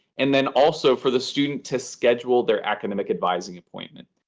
and then also for the student to schedule their academic advising appointment.